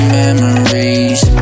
memories